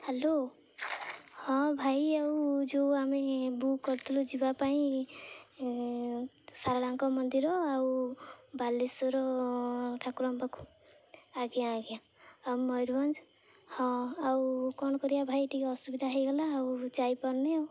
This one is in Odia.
ହ୍ୟାଲୋ ହଁ ଭାଇ ଆଉ ଯେଉଁ ଆମେ ବୁକ୍ କରିଥିଲୁ ଯିବା ପାଇଁ ସାରଳାଙ୍କ ମନ୍ଦିର ଆଉ ବାଲେଶ୍ୱର ଠାକୁରଙ୍କ ପାଖକୁ ଆଜ୍ଞା ଆଜ୍ଞା ଆଉ ମୟୂରଭଞ୍ଜ ହଁ ଆଉ କ'ଣ କରିବା ଭାଇ ଟିକିଏ ଅସୁବିଧା ହୋଇଗଲା ଆଉ ଯାଇପାରୁନି ଆଉ